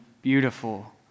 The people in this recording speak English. beautiful